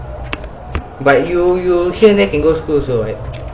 but you you here then can go school also [what]